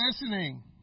listening